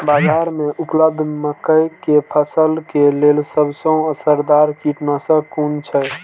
बाज़ार में उपलब्ध मके के फसल के लेल सबसे असरदार कीटनाशक कुन छै?